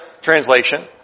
translation